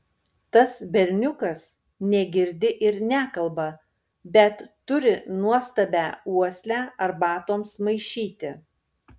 tas berniukas negirdi ir nekalba bet turi nuostabią uoslę arbatoms maišyti